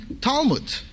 Talmud